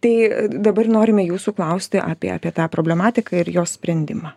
tai dabar norime jūsų klausti apie apie tą problematiką ir jos sprendimą